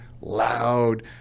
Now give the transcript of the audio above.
loud